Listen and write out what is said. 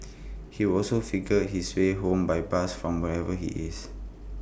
he would also figure out his way home by bus from wherever he is